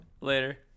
Later